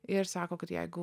ir sako kad jeigu